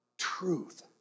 truth